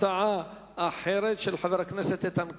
הצעה אחרת של חבר הכנסת איתן כבל.